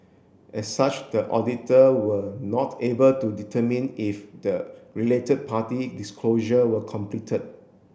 as such the auditor were not able to determine if the related party disclosure were completed